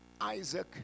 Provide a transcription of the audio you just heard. Isaac